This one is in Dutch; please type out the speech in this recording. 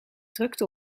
drukte